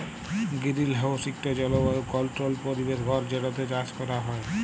greenhouse ইকট জলবায়ু controlled পরিবেশ ঘর যেটতে চাষ ক্যরা হ্যয়